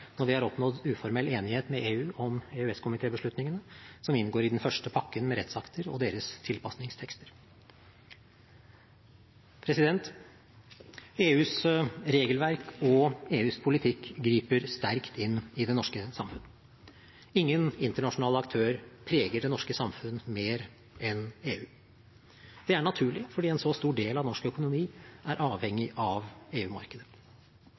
når vi har oppnådd uformell enighet med EU om EØS-komitébeslutningene som inngår i den første pakken med rettsakter og deres tilpasningstekster. EUs regelverk og EUs politikk griper sterkt inn i det norske samfunn. Ingen internasjonal aktør preger det norske samfunn mer enn EU. Det er naturlig fordi en så stor del av norsk økonomi er avhengig av